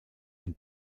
ein